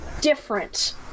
different